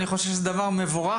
אני חושב שזה דבר מבורך.